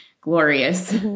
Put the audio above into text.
glorious